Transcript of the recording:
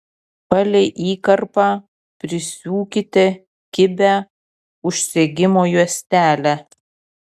palei įkarpą prisiūkite kibią užsegimo juostelę